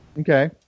Okay